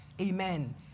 Amen